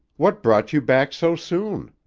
what brought you back so soon?